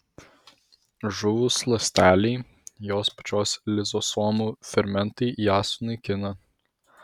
žuvus ląstelei jos pačios lizosomų fermentai ją sunaikina